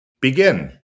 begin